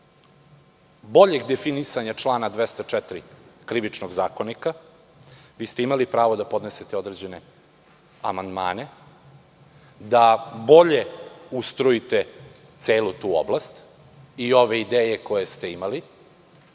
boljeg definisanja člana 204. Krivičnog zakonika, vi ste imali pravo da podnesete određene amandmane da bolje ustrojite celu tu oblast i ove ideje koje ste imali,